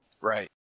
Right